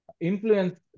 influence